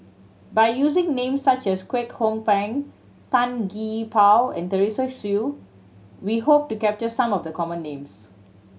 by using names such as Kwek Hong Png Tan Gee Paw and Teresa Hsu we hope to capture some of the common names